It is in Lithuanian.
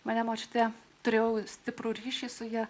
mane močiutė turėjau stiprų ryšį su ja